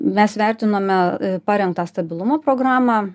mes vertinome parengtą stabilumo programą